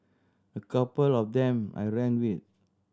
a couple of them I ran with